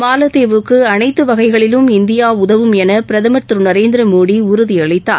மாலத்தீவுக்கு அனைத்து வகைகளிலும் இந்தியா உதவும் என பிரதமர் திரு நரேந்திர மோடி உறுதி அளித்தார்